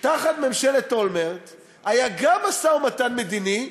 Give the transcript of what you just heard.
תחת ממשלת אולמרט היה גם משא-ומתן מדיני,